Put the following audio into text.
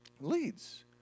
leads